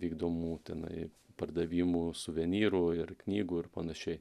vykdomų tenai pardavimų suvenyrų ir knygų ir panašiai